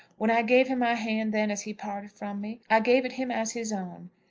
when i gave him my hand then as he parted from me, i gave it him as his own.